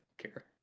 care